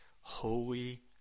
Holy